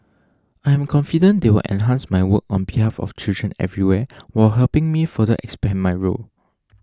I am confident they will enhance my work on behalf of children everywhere while helping me further expand my role